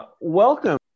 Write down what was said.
Welcome